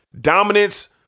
Dominance